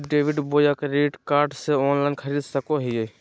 ई debit बोया credit card से online खरीद सको हिए?